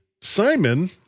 Simon